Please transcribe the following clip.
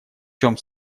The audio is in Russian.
чем